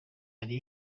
yari